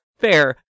fair